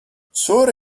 soda